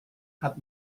hat